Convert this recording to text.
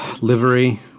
livery